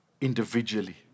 individually